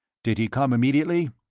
did he come immediately?